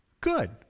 Good